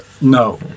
No